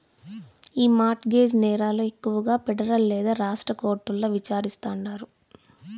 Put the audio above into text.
ఈ mortgage నేరాలు ఎక్కువగా పెడరల్ లేదా రాష్ట్ర కోర్టుల్ల విచారిస్తాండారు